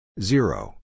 Zero